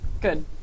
Good